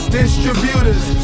distributors